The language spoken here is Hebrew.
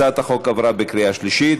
הצעת החוק עברה בקריאה שלישית,